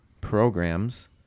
programs